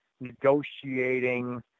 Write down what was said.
negotiating